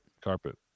Carpet